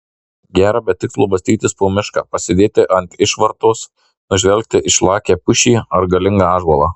gera be tikslo bastytis po mišką pasėdėti ant išvartos nužvelgti išlakią pušį ar galingą ąžuolą